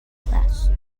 class